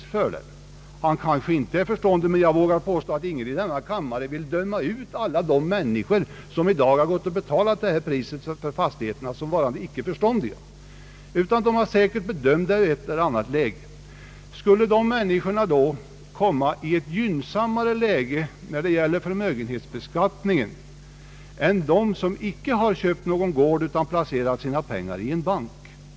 Ingen i denna kammare vill väl döma ut alla de människor, vilka i dag har betalt dessa priser för fastigheterna, såsom varande icke förståndiga. Skulle dessa människor komma i ett gynnsammare läge när det gäller förmögenhetsbeskattningen än de som icke har köpt någon fastighet utan i stället har placerat sina pengar i en bank?